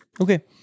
okay